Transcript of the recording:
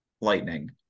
Lightning